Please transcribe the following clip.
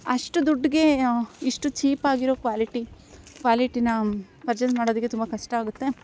ಅಷ್ಟು ದುಡ್ಡಿಗೆ ಇಷ್ಟು ಚೀಪಾಗಿರೋ ಕ್ವಾಲಿಟಿ ಕ್ವಾಲಿಟಿನ ಪರ್ಚೆಸ್ ಮಾಡೋದಕ್ಕೆ ತುಂಬ ಕಷ್ಟ ಆಗುತ್ತೆ